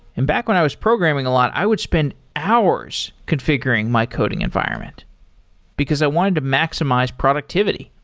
and back when i was programming a lot, i would spend hours configuring my coding environment because i wanted to maximize productivity.